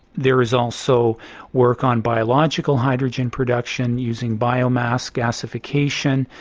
there is also work on biological hydrogen production using biomass gasification.